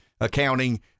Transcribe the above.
accounting